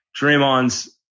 Draymond's